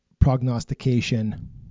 prognostication